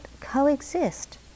coexist